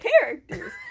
characters